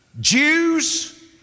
Jews